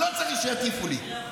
אני לא צריך שיטיפו לי.